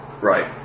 Right